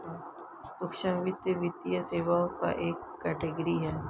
सूक्ष्म वित्त, वित्तीय सेवाओं का एक कैटेगरी है